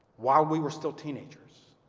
while we were still teenagers,